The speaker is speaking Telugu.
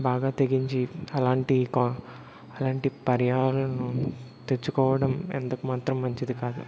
బాగా తెగించి అలాంటి కా అలాంటి పర్య తెచ్చుకోవడం ఎంత మాత్రం మంచిది కాదు